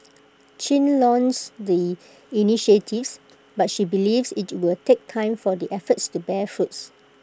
chin lauds the initiatives but she believes IT will take time for the efforts to bear fruits